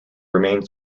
remained